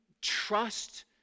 trust